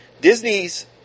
Disney's